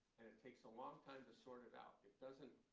it takes a long time to sort it out. it doesn't